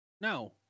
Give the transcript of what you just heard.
No